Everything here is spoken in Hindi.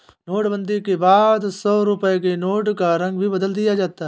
नोटबंदी के बाद सौ रुपए के नोट का रंग भी बदल दिया था